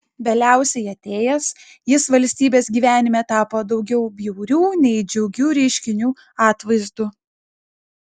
vėliausiai atėjęs jis valstybės gyvenime tapo daugiau bjaurių nei džiugių reiškinių atvaizdu